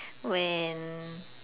when